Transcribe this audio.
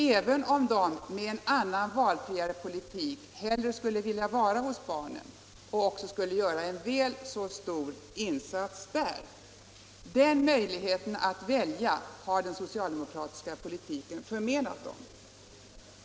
Med en politik som ger större valfrihet skulle de kanske välja att vara hemma hos barnen och på det sättet göra en väl så stor insats. Den möjligheten att välja har den socialdemokratiska politiken förmenat dem.